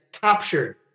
captured